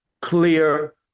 clear